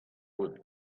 would